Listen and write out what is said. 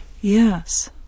Yes